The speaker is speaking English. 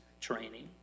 training